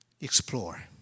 Explore